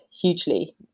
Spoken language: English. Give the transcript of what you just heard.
hugely